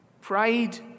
Pride